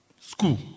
School